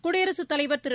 குடியரசுத் தலைவர் திரு